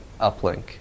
uplink